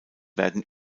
werden